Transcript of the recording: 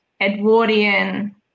Edwardian